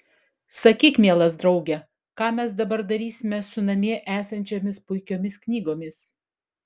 sakyk mielas drauge ką mes dabar darysime su namie esančiomis puikiomis knygomis